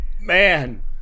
man